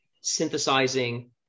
synthesizing